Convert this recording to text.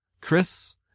Chris